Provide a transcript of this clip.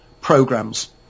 programs